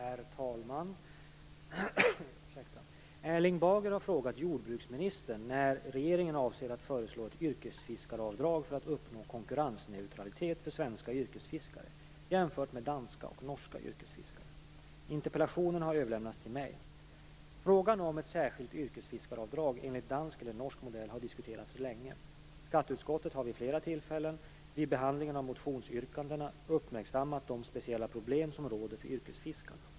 Herr talman! Erling Bager har frågat jordbruksministern när regeringen avser att föreslå ett yrkesfiskaravdrag för att uppnå konkurrensneutralitet för svenska yrkesfiskare jämfört med danska och norska yrkesfiskare. Interpellationen har överlämnats till mig. Frågan om ett särskilt yrkesfiskaravdrag enligt dansk eller norsk modell har diskuterats länge. Skatteutskottet har vid flera tillfällen vid behandlingen av motionsyrkanden uppmärksammat de speciella problem som råder för yrkesfiskarna.